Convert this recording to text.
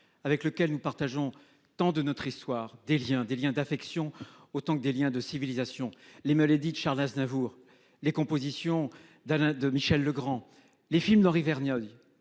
avec lequel nous partageons tant de notre histoire des Liens des Liens d'affection autant que des Liens de civilisation les Charles Aznavour les compositions d'Alain de Michel Legrand. Les films d'Henri Verneuil